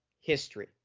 history